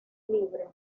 libre